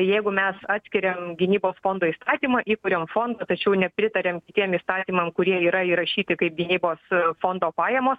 jeigu mes atskiriam gynybos fondo įstatymą įkūriam fondą tačiau nepritariam kitiem įstatymam kurie yra įrašyti kaip gynybos fondo pajamos